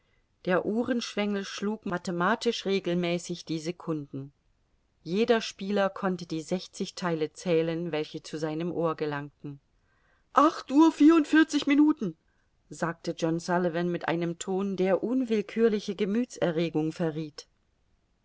der uhrenschwengel schlug mathematisch regelmäßig die secunden jeder spieler konnte die sechzigtheile zählen welche zu seinem ohr gelangten acht uhr vierundvierzig minuten sagte john sullivan mit einem ton der unwillkürliche gemüthserregung verrieth